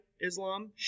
Islam